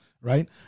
right